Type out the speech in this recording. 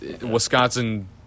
Wisconsin